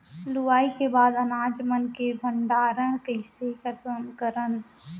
लुवाई के बाद अनाज मन के भंडारण कईसे करन?